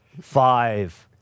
Five